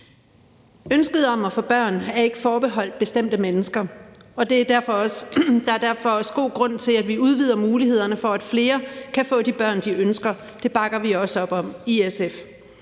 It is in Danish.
Ønsket om at få børn er ikke forbeholdt bestemte mennesker, og der er derfor også god grund til, at vi udvider mulighederne for, at flere kan få de børn, de ønsker. Det bakker vi også op om i SF.